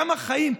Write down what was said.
כמה חיים,